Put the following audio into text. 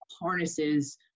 harnesses